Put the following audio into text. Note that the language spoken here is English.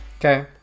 Okay